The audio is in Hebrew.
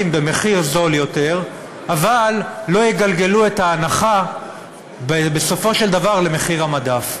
במחיר זול יותר אבל לא יגלגלו את ההנחה בסופו של דבר למחיר המדף.